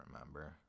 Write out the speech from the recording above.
remember